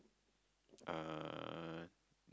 uh